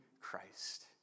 Christ